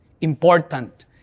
important